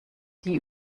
die